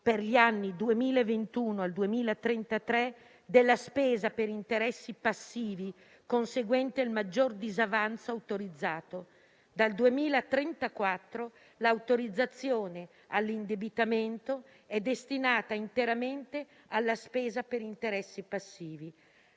per gli anni dal 2021 al 2033, della spesa per interessi passivi conseguente al maggior disavanzo autorizzato. Dal 2034 l'autorizzazione all'indebitamento è destinata interamente alla spesa per interessi passivi.